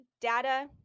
data